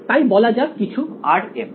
তাই বলা যাক কিছু r m